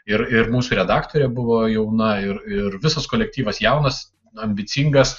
ir ir mūsų redaktorė buvo jauna ir ir visas kolektyvas jaunas ambicingas